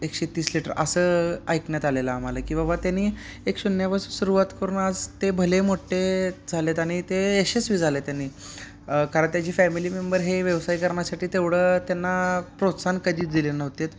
एकशे तीस लिटर असं ऐकण्यात आलेलं आम्हाला की बाबा त्यांनी एक शून्यापासून सुरुवात करून आज ते भले मोठे झाले आहेत आणि ते यशस्वी झाले आहेत त्यांनी कारण त्याची फॅमिली मेंबर हे व्यवसाय करण्यासाठी तेवढं त्यांना प्रोत्साहन कधीच दिले नव्हतेत